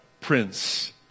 Prince